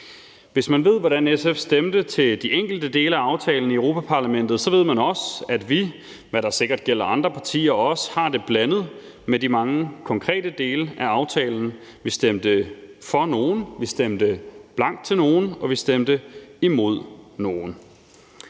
Hvis man ved, hvordan SF stemte til de enkelte dele af aftalen i Europa-Parlamentet, så ved man også, at vi – hvad der sikkert også gælder andre partier – har det blandet med de mange konkrete dele af aftalen. Vi stemte for nogle, vi stemte blankt til nogle, og vi stemte imod nogle.